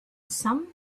some